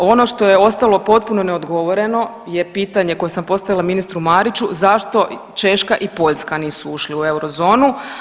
Ono što je ostalo potpuno neodgovoreno je pitanje koje sam postavila ministru Mariću zašto Češka i Poljska nisu ušli u eurozonu.